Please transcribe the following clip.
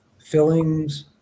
fillings